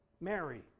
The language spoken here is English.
Mary